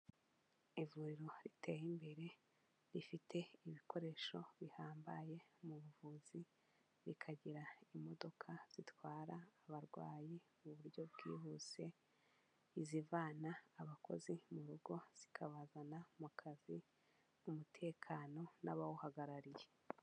Ivuriro riteye imbere, rifite ibikoresho bihambaye mu buvuzi, bikagira imodoka zitwara abarwayi mu buryo bwihuse, izivana abakozi mu rugo zikabazana mu kazi, umutekano n'abawuhagarariye.